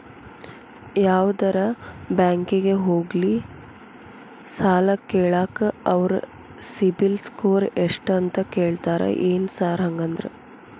ಯಾವದರಾ ಬ್ಯಾಂಕಿಗೆ ಹೋಗ್ಲಿ ಸಾಲ ಕೇಳಾಕ ಅವ್ರ್ ಸಿಬಿಲ್ ಸ್ಕೋರ್ ಎಷ್ಟ ಅಂತಾ ಕೇಳ್ತಾರ ಏನ್ ಸಾರ್ ಹಂಗಂದ್ರ?